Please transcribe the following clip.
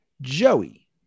Joey